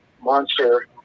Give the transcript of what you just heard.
monster